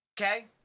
Okay